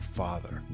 father